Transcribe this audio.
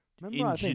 Remember